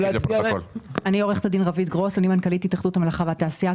אני מנכ"לית התאחדות המלאכה והתעשייה.